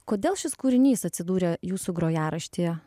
kodėl šis kūrinys atsidūrė jūsų grojaraštyje